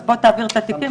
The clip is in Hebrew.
אז בוא תעביר את התיקים,